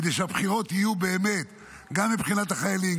כדי שהבחירות יהיו באמת גם מבחינת החיילים,